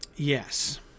Yes